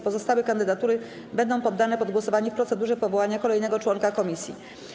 Pozostałe kandydatury będą poddane pod głosowanie w procedurze powołania kolejnego członka komisji.